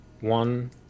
one